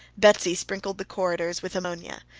betsy sprinkled the corridors with ammonia.